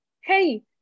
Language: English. Hey